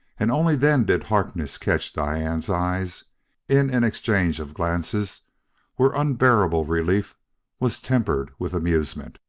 and only then did harkness catch diana's eyes in an exchange of glances where unbearable relief was tempered with amusement.